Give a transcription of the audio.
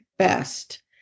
best